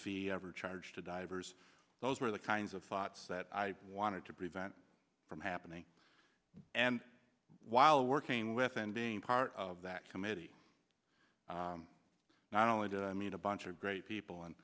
fee ever charged to divers those were the kinds of thoughts that i wanted to prevent from happening and while working with and being part of that committee not only did i meet a bunch of great people and